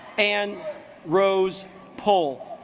and rose pull